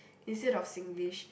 instead of Singlish